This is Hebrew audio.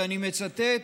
ואני מצטט: